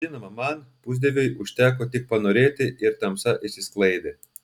žinoma man pusdieviui užteko tik panorėti ir tamsa išsisklaidė